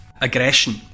aggression